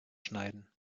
schneiden